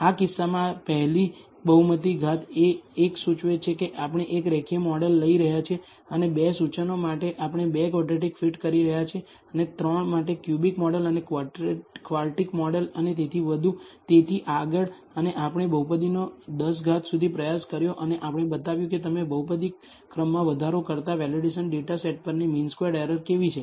આ કિસ્સામાં પહેલી બહુમતી ઘાત એ 1 સૂચવે છે કે આપણે એક રેખીય મોડેલ લઈ રહ્યા છીએ અને 2 સૂચનો માટે આપણે 2 ક્વોડ્રેટિક ફીટ કરી રહ્યા છીએ 3 માટે ક્યુબિક મોડેલ અને ક્વાર્ટિક મોડેલ અને તેથી વધુ તેથી આગળ અને આપણે બહુપદીનો 10 ઘાત સુધી પ્રયાસ કર્યો અને આપણે બતાવ્યું છે કે તમે બહુપદી ક્રમમાં વધારો કરતાં વેલિડેશન ડેટા સેટ પરની મીન સ્ક્વેર્ડ એરર કેવી છે